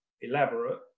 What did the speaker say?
elaborate